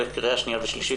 לקריאה שנייה ושלישית,